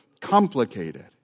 complicated